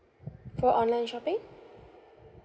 for online shopping